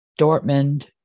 Dortmund